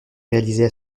réalisées